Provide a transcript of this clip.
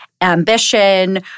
ambition